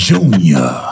Junior